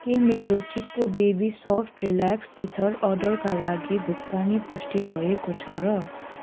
के मेरो Chicco baby soft relax teether अर्डरका लागि भुक्तानी पुष्टि भएको छ र